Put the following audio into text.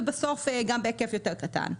ובסוף גם בהיקף יותר קטן.